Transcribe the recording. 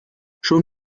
schon